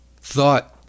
thought